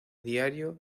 diario